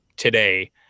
today